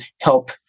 help